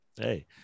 hey